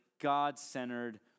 God-centered